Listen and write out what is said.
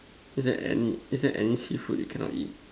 is there any is there any seafood you cannot eat